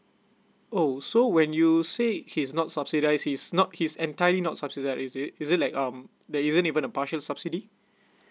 oh so when you say he's not subsidize his not his entirely not subsidize is it is it like um there isn't even a partial subsidy